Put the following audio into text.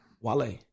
Wale